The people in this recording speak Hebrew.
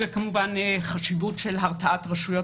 ויש לה כמובן גם חשיבות של הרתעת רשויות